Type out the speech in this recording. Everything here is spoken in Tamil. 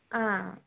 ஆ